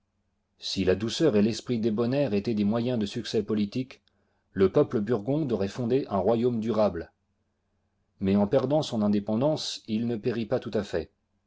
si la douceur et l'esprit débonnaire étaient des moyens de succès politique le peuple burgonde aurait fondé un royaume durable mais en perdant son indépendance il ne périt pas tout-à-fait